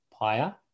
Paya